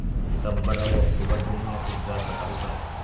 सितंबर अऊ अक्टूबर दू महीना के हिसाब बताहुं का?